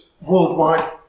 worldwide